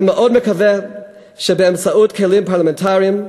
אני מאוד מקווה שבאמצעות כלים פרלמנטריים,